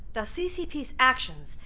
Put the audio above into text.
the ccp's actions,